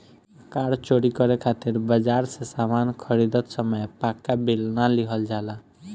कार चोरी करे खातिर बाजार से सामान खरीदत समय पाक्का बिल ना लिहल जाला